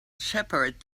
shepherd